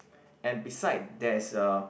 and beside there is a